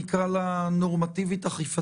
נקרא לה: נורמטיבית-אכיפתית.